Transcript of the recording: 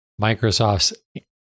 Microsoft's